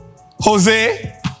Jose